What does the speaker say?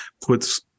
puts